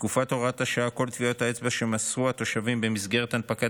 בתקופת הוראת השעה כל טביעות האצבע שמסרו תושבים במסגרת הנפקת